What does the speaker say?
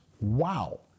Wow